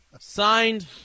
Signed